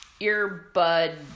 earbud